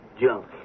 Junk